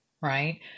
right